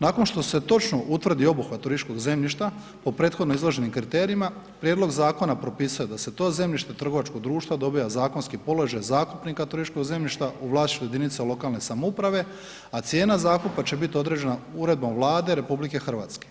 Nakon što se točno utvrdi obuhvat turističkog zemljišta o prethodno izloženim kriterijima prijedlog zakona propisuje da se to zemljište trgovačkog društva dobiva zakonski položaj zakupnika turističkog zemljišta u vlasništvu jedinica lokalne samouprave, a cijena zakupa će biti uređena uredbom Vlade RH.